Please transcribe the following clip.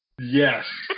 Yes